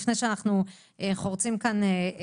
לפני שאנחנו חורצים כאן.